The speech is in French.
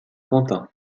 quentin